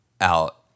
out